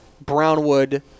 Brownwood